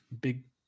big